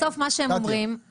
בסוף מה שהם אומרים,